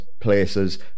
places